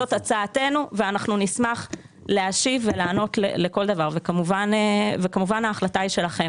זאת הצעתנו ואנחנו נשמח להשיב ולענות לכל דבר וכמובן ההחלטה היא שלכם.